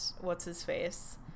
what's-his-face